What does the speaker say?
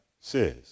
says